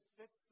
fix